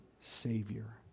Savior